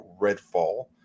Redfall